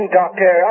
doctor